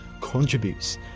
contributes